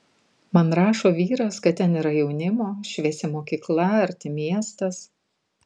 man rašo vyras kad ten yra jaunimo šviesi mokykla arti miestas